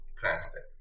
plastic